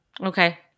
Okay